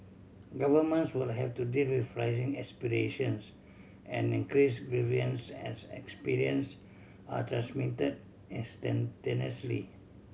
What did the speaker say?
governments will have to deal with aspirations and increase grievances as experience are transmit instantaneously